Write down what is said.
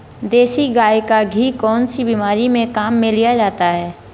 देसी गाय का घी कौनसी बीमारी में काम में लिया जाता है?